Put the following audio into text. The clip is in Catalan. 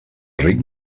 ric